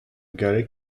galleg